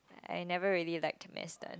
I never really liked mass dance